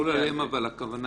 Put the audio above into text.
יכול עליהם, אבל הכוונה